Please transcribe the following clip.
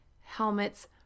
helmets